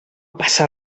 passa